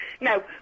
No